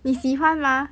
你喜欢吗